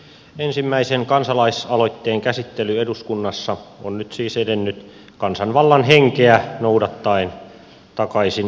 ensimmäisen kansalaisaloitteen käsittely eduskunnassa on nyt siis edennyt kansanvallan henkeä noudattaen takaisin isoon saliin